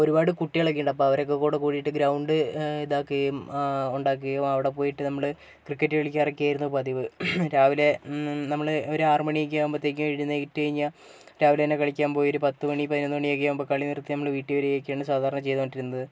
ഒരുപാട് കുട്ടികൾ ഒക്കെയുണ്ട് അപ്പോൾ അവരൊക്കെ കൂടെ കൂടിയിട്ട് ഗ്രൌൻഡ് ഇതാക്കുകയും ഉണ്ടാക്കുകയും അവിടെ പോയിട്ട് നമ്മൾ ക്രിക്കറ്റ് കളിക്കാറൊക്കെ ആയിരുന്നു പതിവ് രാവിലെ നമ്മൾ ഒരു ആറ് മണിയൊക്കെ ആകുമ്പോഴത്തേക്കും എഴുന്നേറ്റ് കഴിഞ്ഞാൽ രാവിലെ തന്നെ കളിക്കാൻ പോയി ഒരു പത്ത് മണി പതിനൊന്ന് മണിയൊക്കെ ആവുമ്പോൾ കളി നിർത്തി നമ്മൾ വീട്ടിൽ വരികയൊക്കെയാണ് സാധാരണ ചെയ്തുകൊണ്ടിരുന്നത്